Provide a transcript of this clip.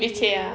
leceh ah